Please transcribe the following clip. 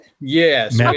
Yes